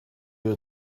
you